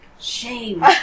Shame